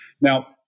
Now